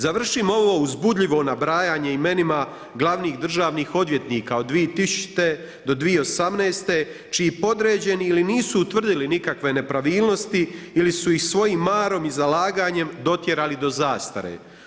Završim ovo uzbudljivo nabrajanje imenima gl. državnih odvjetnika od 2000.-2018. čiji podređeni ili nisu utvrdili nikakve nepravilnosti ili su ih svojim marom i zalaganjem dotjerani do zastare.